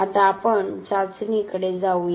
आता आपण चाचणीकडे जाऊया